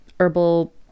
herbal